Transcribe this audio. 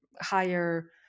higher